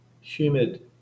humid